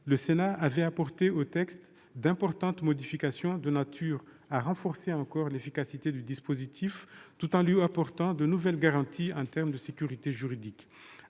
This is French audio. le Sénat avait apporté au texte d'importantes modifications de nature à renforcer encore l'efficacité du dispositif tout en lui apportant de nouvelles garanties en termes de sécurité juridique.